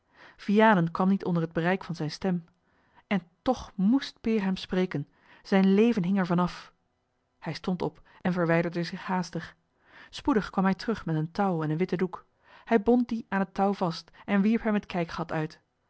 vianen kwam niet onder het bereik van zijne stem en toch moest peer hem spreken zijn leven hing er van af hij stond op en verwijderde zich haastig spoedig kwam hij terug met een touw en een witten doek hij bond dien aan het touw vast en wierp hem het kijkgat uit